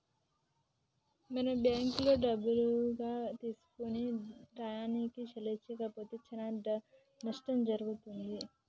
మనం బ్యాంకులో డబ్బులుగా తీసుకొని టయానికి చెల్లించకపోతే చానా నట్టం జరుగుతుంది